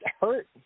hurt